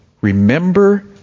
Remember